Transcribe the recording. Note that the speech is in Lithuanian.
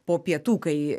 po pietų kai